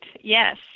Yes